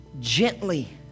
gently